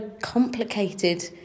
complicated